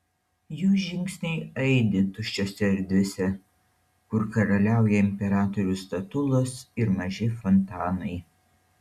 jų žingsniai aidi tuščiose erdvėse kur karaliauja imperatorių statulos ir maži fontanai